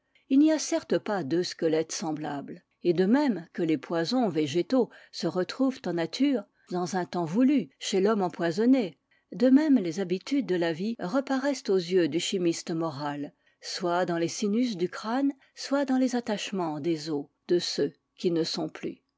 il n'y a certes pas deux squelettes semblables et de même que les poisons végétaux se retrouvent en nature dans un temps voulu chez l'homme empoisonné de même les habitudes de la vie reparaissent aux yeux du chimiste moral soit dans les sinus du crâne soit dans les attachements des os de ceux qui ne sont plus